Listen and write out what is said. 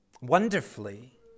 Wonderfully